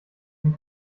sie